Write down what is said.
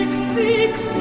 seems